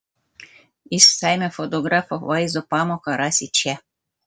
išsamią fotografo vaizdo pamoką rasi čia